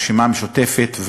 הרשימה המשותפת,